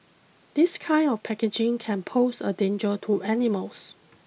this kind of packaging can pose a danger to animals